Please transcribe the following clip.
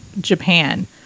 japan